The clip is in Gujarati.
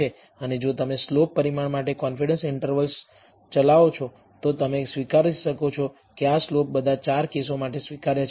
અને જો તમે સ્લોપ પરિમાણ માટે કોન્ફિડન્સ ઈન્ટર્વલ ચલાવો છો તો તમે સ્વીકારી શકો છો કે આ સ્લોપ બધા 4 કેસો માટે સ્વીકાર્ય છે